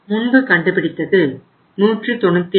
முன்பு கண்டுபிடித்தது 195